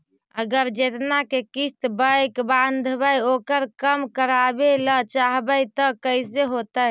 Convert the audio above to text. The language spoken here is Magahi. अगर जेतना के किस्त बैक बाँधबे ओकर कम करावे ल चाहबै तब कैसे होतै?